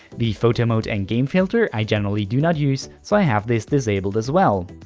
the photo mode and game filter i generally do not use, so i have this disabled as well.